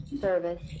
service